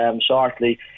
shortly